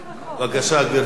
בבקשה, גברתי.